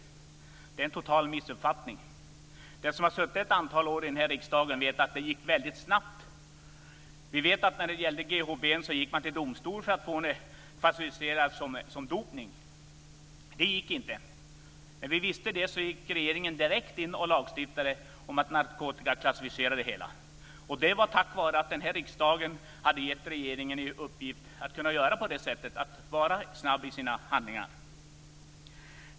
Det är en total missuppfattning. Den som har suttit ett antal år här i riksdagen vet att det gick väldigt snabbt. När det gällde GHB gick man till domstol för att få det klassificerat som dopningsmedel. Det gick inte. När vi visste det gick regeringen direkt in och lagstiftade om att narkotikaklassificera det. Det kunde man göra tack vare att riksdagen hade gett regeringen i uppdrag att göra på det sättet och vara snabb i sina handlingar.